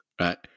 right